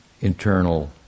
internal